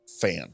fan